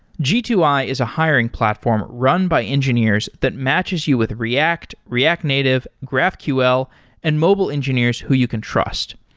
g two i is a hiring platform run by engineers that matches you with react, react native, graphql and mobile engineers who you can trust.